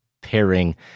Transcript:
pairing